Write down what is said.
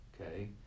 okay